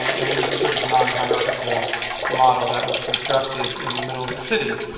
and it was a sort of non-hierarchical model that was constructed in the middle of the city.